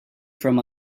from